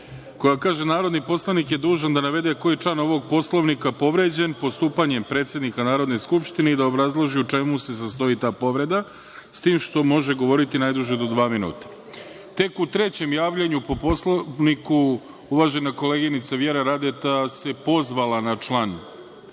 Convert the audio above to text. koja kaže – narodni poslanik je dužan da navede koji član Poslovnika je povređen postupanjem predsednika Narodne skupštine i da obrazloži u čemu se sastoji ta povreda, s tim što može govoriti najviše dva minuta. Tek u trećem javljanju po Poslovniku uvažena koleginica Vjera Radeta se pozvala na član